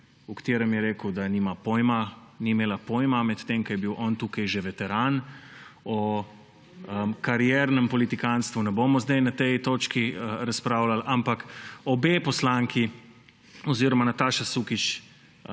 v katerem je rekel, da ni imela pojma, medtem ko je bil on tukaj že veteran. O kariernem politikanstvu ne bomo zdaj na tej točki razpravljali, ampak obe poslanki oziroma Nataša Sukič